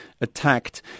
attacked